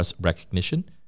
recognition